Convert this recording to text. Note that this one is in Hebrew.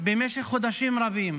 במשך חודשים רבים